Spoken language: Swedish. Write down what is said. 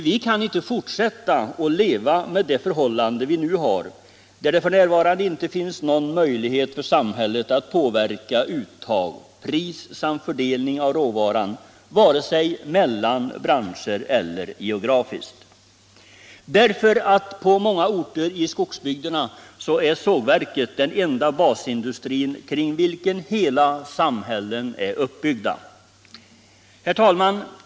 Vi kan inte fortsätta att leva med det förhållande vi nu har, att det inte finns någon möjlighet för samhället att påverka uttag, pris eller fördelning av råvaran, vare sig mellan branscher eller geografiskt. Sågverket är på många orter i skogsbygderna den enda basindustrin kring vilken hela samhällen är uppbyggda. Herr talman!